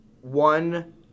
one